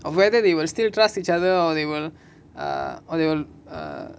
or whether they will still trust each other or they will err or they will err